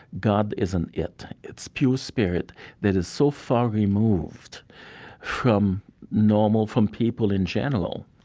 god is an it. it's pure spirit that is so far removed from normal, from people in general,